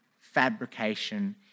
fabrication